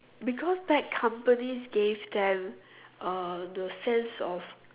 because tech companies gave them uh the sense of